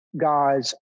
guys